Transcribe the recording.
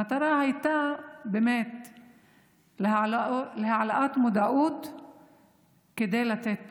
המטרה הייתה באמת להעלות מודעות כדי לתת פתרונות.